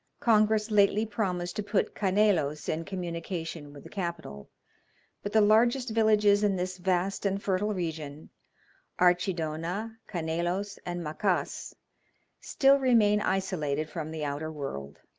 congress lately promised to put canelos in communication with the capital but the largest villages in this vast and fertile region archidona, canelos, and macas still remain isolated from the outer world.